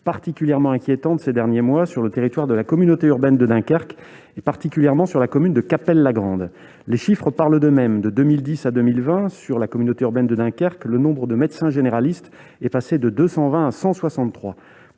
particulièrement inquiétante ces derniers mois sur le territoire de la communauté urbaine de Dunkerque, particulièrement dans la commune de Cappelle-la-Grande. Les chiffres parlent d'eux-mêmes : de 2010 à 2020, dans la communauté urbaine de Dunkerque, le nombre de médecins généralistes est passé de 220 à 163.